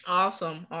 awesome